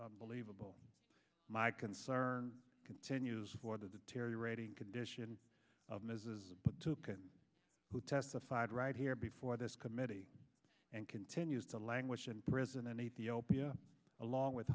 unbelievable my concern continues for the deteriorating condition of mrs the who testified right here before this committee and continues to languish in prison and ethiopia along with